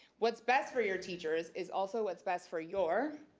what's best for your teachers, is also what's best for your,